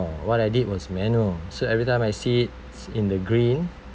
what I did was manual so every time I see it's in the green